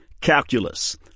Calculus